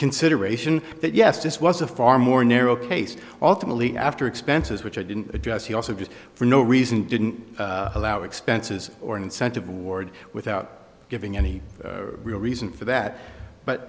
consideration that yes this was a far more narrow case alternately after expenses which i didn't address he also just for no reason didn't allow expenses or incentive ward without giving any real reason for that but